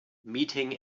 meeting